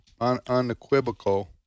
Unequivocal